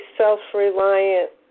self-reliant